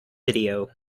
video